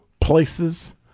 places